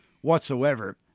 whatsoever